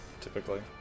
typically